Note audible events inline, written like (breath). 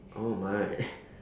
oh my (breath)